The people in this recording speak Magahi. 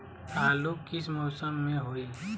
आलू किस मौसम में होई?